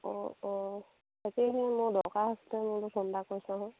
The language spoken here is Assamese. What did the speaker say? অঁ অঁ তাকেই সেই মোৰ দৰকাৰ হৈছে মই বোলো ফোন এটা কৰি চাওচোন